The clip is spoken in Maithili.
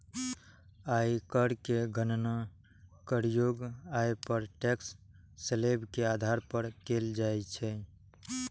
आयकर के गणना करयोग्य आय पर टैक्स स्लेब के आधार पर कैल जाइ छै